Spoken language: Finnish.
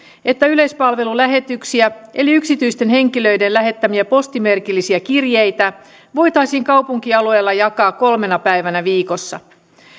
että yleispalvelulähetyksiä eli yksityisten henkilöiden lähettämiä postimerkillisiä kirjeitä voitaisiin kaupunkialueilla jakaa kolmena päivänä viikossa